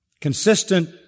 Consistent